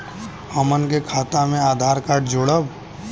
हमन के खाता मे आधार कार्ड जोड़ब?